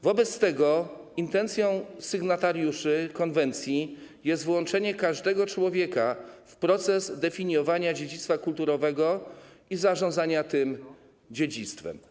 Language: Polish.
Wobec tego intencją sygnatariuszy konwencji jest włączenie każdego człowieka w proces definiowania dziedzictwa kulturowego i zarządzania tym dziedzictwem.